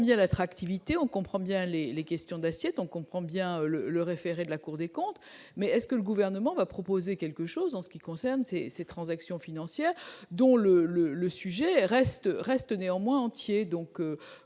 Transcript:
on comprend bien l'attractivité, on comprend bien les les questions d'assiettes, on comprend bien le le référé de la Cour des comptes, mais est-ce que le gouvernement va proposer quelque chose en ce qui concerne ces ces transactions financières dont le le le sujet reste reste néanmoins entier,